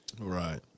Right